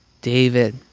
David